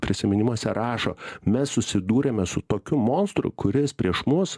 prisiminimuose rašo mes susidūrėme su tokiu monstru kuris prieš mus